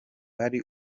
ari